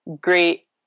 great